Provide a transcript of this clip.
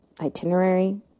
itinerary